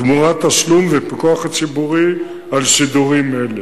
תמורת תשלום ופיקוח ציבורי על שידורים אלה.